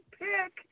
pick